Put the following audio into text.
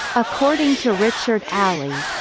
according to richard alley,